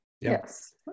Yes